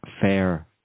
fair